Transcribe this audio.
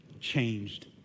changed